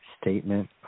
statement